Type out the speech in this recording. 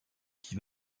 qui